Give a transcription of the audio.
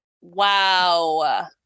wow